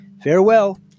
Farewell